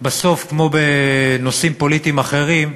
בסוף, כמו בנושאים פוליטיים אחרים,